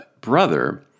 brother